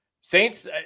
Saints